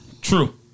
true